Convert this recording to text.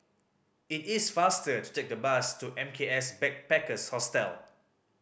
it is faster to take bus to M K S Backpackers Hostel